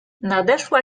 nadeszła